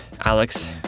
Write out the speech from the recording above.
Alex